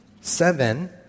seven